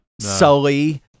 Sully